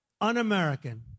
un-American